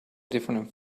different